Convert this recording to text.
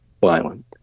violent